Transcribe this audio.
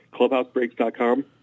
Clubhousebreaks.com